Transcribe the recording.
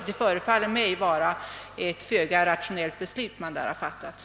Det beslut som därvidlag fattats förefaller mig ha lett till en föga rationell ordning.